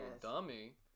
dummy